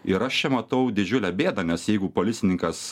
ir aš čia matau didžiulę bėdą nes jeigu policininkas